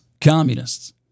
Communists